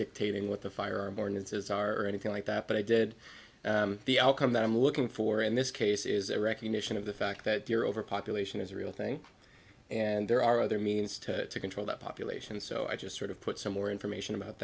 dictating what the firearm born is are or anything like that but i did the outcome that i'm looking for in this case is a recognition of the fact that your overpopulation is a real thing and there are other means to control that population so i just sort of put some more information about